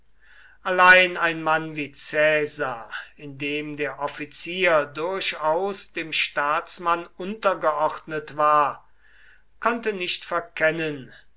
allein ein mann wie caesar in dem der offizier durchaus dem staatsmann untergeordnet war konnte nicht verkennen